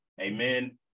Amen